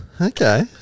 Okay